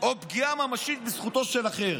או פגיעה ממשית בזכותו של אחר".